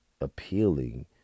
Appealing